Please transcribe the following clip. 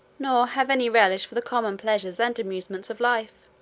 nor have any relish for the common pleasures and amusements of life.